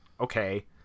okay